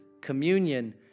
communion